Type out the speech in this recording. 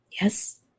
Yes